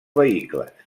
vehicles